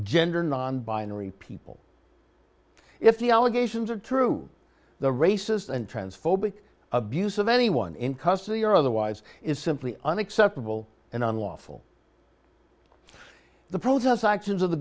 gender non binary people if the allegations are true the racist and transphobia abuse of anyone in custody or otherwise is simply unacceptable and unlawful the prose us actions of the